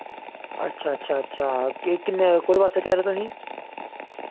अच्छा अच्छा अच्छा ते किन्ने कोह्दे वास्तै चाहिदा तुसें